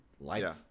life